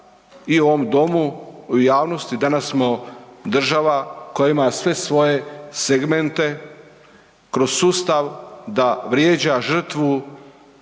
i u ovom domu i u javnosti, danas smo država koja ima sve svoje segmente kroz sustav da vrijeđa žrtvu